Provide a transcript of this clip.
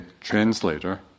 translator